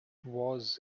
was